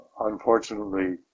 Unfortunately